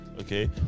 Okay